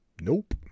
Nope